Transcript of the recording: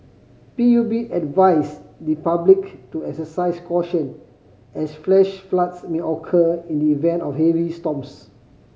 P U B advised the public to exercise caution as flash floods may occur in the event of heavy storms